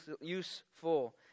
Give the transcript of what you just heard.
useful